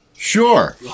Sure